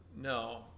No